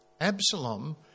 Absalom